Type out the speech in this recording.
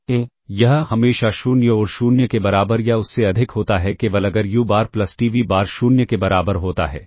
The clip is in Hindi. तो यह हमेशा 0 और 0 के बराबर या उससे अधिक होता है केवल अगर u बार प्लस t v बार 0 के बराबर होता है